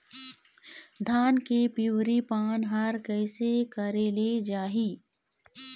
धान के पिवरी पान हर कइसे करेले जाही?